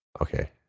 Okay